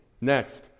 Next